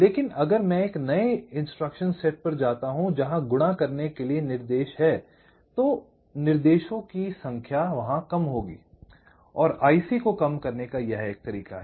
लेकिन अगर मैं एक नए निर्देश सेट पर जाता हूं जहां गुणा करने के लिए निर्देश है तो निर्देशों की संख्या कम होगी IC को कम करने का यह एक तरीका है